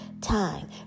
time